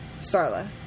Starla